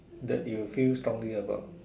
that you feel strongly about